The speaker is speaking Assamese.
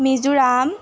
মিজোৰাম